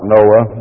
Noah